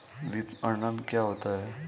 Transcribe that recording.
विपणन क्या होता है?